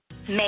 make